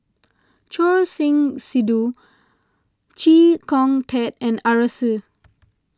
Choor Singh Sidhu Chee Kong Tet and Arasu